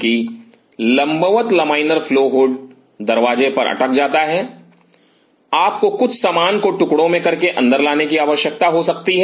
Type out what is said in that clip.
कि लंबवत laminar flow hood दरवाजे पर अटक जाता है और आपको कुछ सामान को टुकड़ों में करके अंदर लाने की आवश्यकता हो सकती है